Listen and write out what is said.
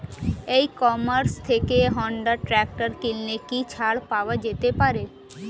ই commerce থেকে Honda tractor কিনলে কি ছাড় পাওয়া যেতে পারে?